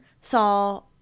saw